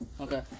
Okay